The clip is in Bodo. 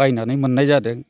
बायनानै मोननाय जादों